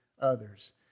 others